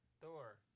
Thor